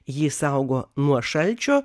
jį saugo nuo šalčio